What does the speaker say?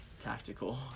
tactical